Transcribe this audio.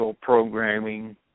programming